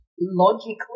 logically